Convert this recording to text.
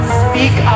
speak